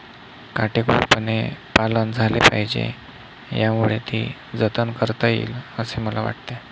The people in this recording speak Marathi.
काटेकोरपणे पालन झाले पाहिजे यामुळे ती जतन करता येईल असे मला वाटते